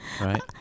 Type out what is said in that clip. Right